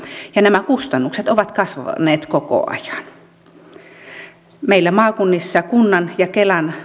nämä kustannukset ovat kasvaneet koko ajan meillä maakunnissa kunnan ja kelan